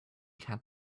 had